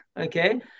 Okay